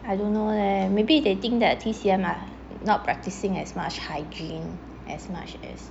I don't know leh maybe they think that T_C_M are not practising as much hygiene as much as